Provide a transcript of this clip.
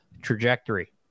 trajectory